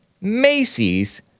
Macy's